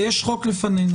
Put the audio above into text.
כי יש חוק לפנינו.